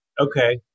Okay